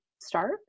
start